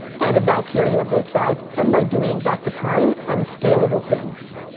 and about caring about both sides, and by doing, back to time, unscalable things.